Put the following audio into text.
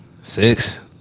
six